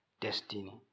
destiny